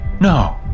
No